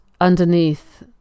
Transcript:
underneath